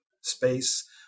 space